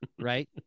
Right